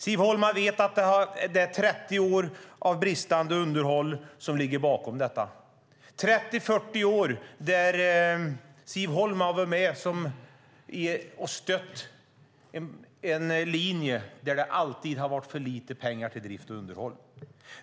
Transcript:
Siv Holma vet att det ligger 30 år av bristande underhåll bakom, 30-40 år då Siv Holma varit med och stött en linje där det alltid funnits för lite pengar till drift och underhåll.